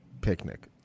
picnic